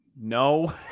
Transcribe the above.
No